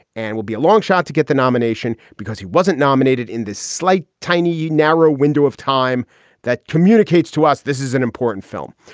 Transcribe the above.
and we'll be a long shot to get the nomination because he wasn't nominated in this slight, tiny, yeah narrow window of time that communicates to us. this is an important film.